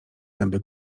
zęby